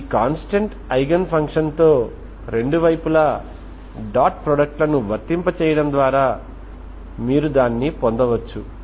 ఈ constant eigen ఫంక్షన్తో రెండు వైపులా డాట్ ప్రొడక్ట్ లను వర్తింపజేయడం ద్వారా మీరు దాన్ని పొందవచ్చు